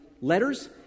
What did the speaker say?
letters